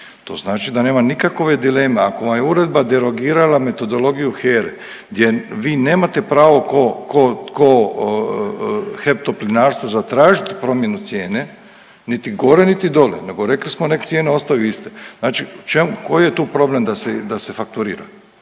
To znači da nema nikakove dileme, ako vam je uredba derogirala metodologiju HERA-e gdje vi nemate pravo kao HEP Toplinarstvo zatražiti promjenu cijene niti gore niti dolje, dakle rekli smo nek cijene ostaju iste, znači čemu, koji je tu problem da se fakturira?